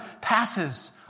passes